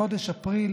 בחודש אפריל,